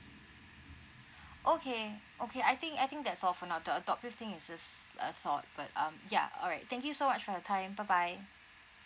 okay okay I think I think that's all for now the adoptive thing is just a thought but um ya alright thank you so much for your time bye bye